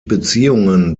beziehungen